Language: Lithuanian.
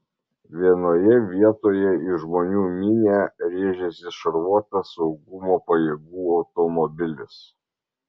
vienoje vietoje į žmonių minią rėžėsi šarvuotas saugumo pajėgų automobilis